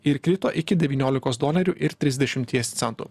ir krito iki devyniolikos dolerių ir trisdešimties centų